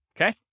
okay